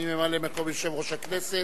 ממלא-מקום יושב-ראש הכנסת,